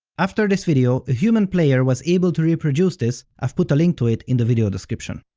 after this video, a human player was able to reproduce this, i've put a link to it in the video description.